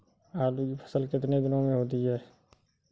आलू की फसल कितने दिनों में होती है?